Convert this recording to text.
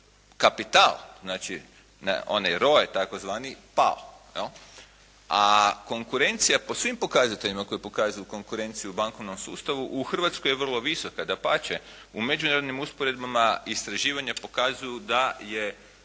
kapital, znači na onaj roje tzv. pao. A konkurencija po svim pokazateljima koji pokazuju konkurenciju u bankovnom sustavu u Hrvatskoj je vrlo visoka. Dapače, u međunarodnim usporedbama istraživanja pokazuju da je